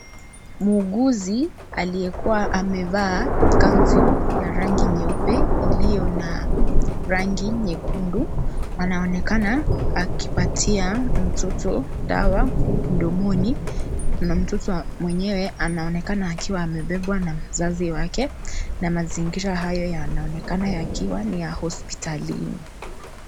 Muuguzi aliyekuwa amevaa kanzu, ya rangi nyeupe iliyo na rangi nyekundu, anaonekana akipatia mtoto dawa mdomoni, na mtoto mwenyewe anaonekana akiwa amebebwa na mzazi yake, na mazingira haya yanaonekana yakiwa ni ya hospitalini.